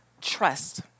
Trust